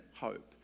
hope